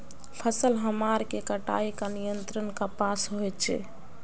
फसल हमार के कटाई का नियंत्रण कपास होचे?